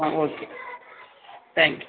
ah okay thank you